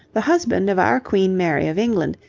the husband of our queen mary of england,